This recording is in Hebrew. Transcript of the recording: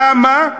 למה?